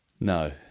No